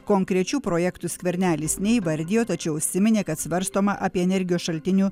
konkrečių projektų skvernelis neįvardijo tačiau užsiminė kad svarstoma apie energijos šaltinių